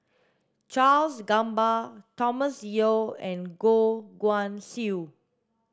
Charles Gamba Thomas Yeo and Goh Guan Siew